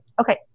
okay